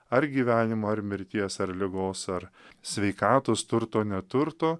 ar gyvenimo ar mirties ar ligos ar sveikatos turto neturto